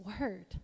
word